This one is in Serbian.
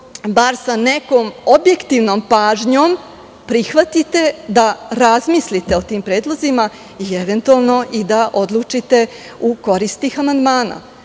bar sa nekom objektivnom pažnjom prihvatite da razmislite o tim predlozima i eventualno odlučite u korist tih